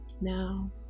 now